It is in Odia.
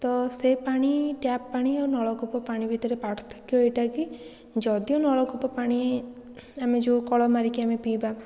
ତ ସେ ପାଣି ଟ୍ୟାପ୍ ପାଣି ଓ ନଳକୂପ ପାଣି ଭିତରେ ପାର୍ଥକ୍ୟ ଏଇଟାକି ଯଦିଓ ନଳକୂପ ପାଣି ଆମେ ଯେଉଁ କଳ ମାରିକି ଆମେ ପିଇବା